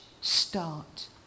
start